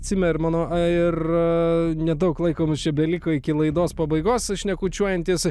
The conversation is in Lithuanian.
cimermano ir nedaug laiko mus čia beliko iki laidos pabaigos šnekučiuojantis